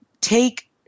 take